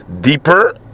deeper